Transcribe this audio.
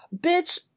bitch